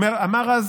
אמר אז